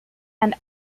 and